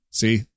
See